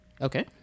Okay